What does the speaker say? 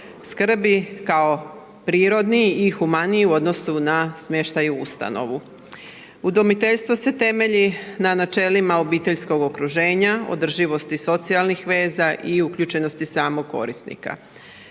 skrbi kao prirodni i humaniji u odnosu na smještaj u ustanovu. Udomiteljstvo se temelji na načelima obiteljskog okruženja, održivosti socijalnih veza i uključenosti samog korisnika.